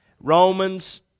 Romans